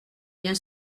bien